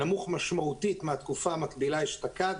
נמוך משמעותית מהתקופה המקבילה אשתקד.